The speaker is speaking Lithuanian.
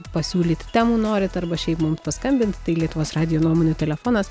pasiūlyt temų norit arba šiaip mum paskambint tai lietuvos radijo nuomonių telefonas